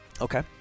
Okay